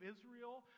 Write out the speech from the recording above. Israel